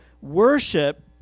worship